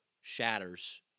shatters